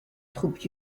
troupes